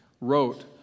wrote